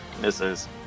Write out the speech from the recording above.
Misses